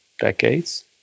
decades